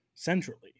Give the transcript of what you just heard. centrally